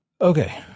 Okay